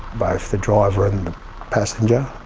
both the driver and the passenger